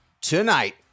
tonight